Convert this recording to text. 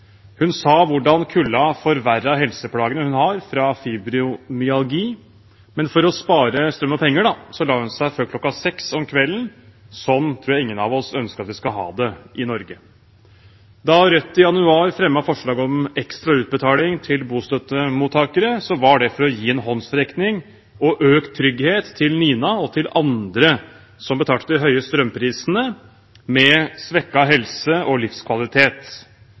Hun fortalte hvordan kulda forverret helseplagene hun har fra fibromyalgi, men for å spare strøm og penger la hun seg før kl. 18. Sånn tror jeg ingen av oss ønsker at vi skal ha det i Norge. Da Rødt i januar fremmet forslag om ekstra utbetaling til bostøttemottakere, var det for å gi en håndsrekning og økt trygghet til Nina og til andre som betalte de høye strømprisene med svekket helse og livskvalitet.